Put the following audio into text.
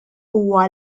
huwa